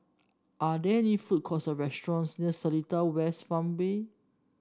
are there food courts or restaurants near Seletar West Farmway